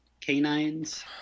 canines